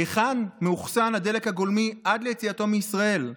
היכן מאוחסן הדלק הגולמי עד ליציאתו מישראל?